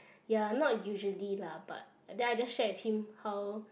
ya not usually lah but uh then I just shared with him how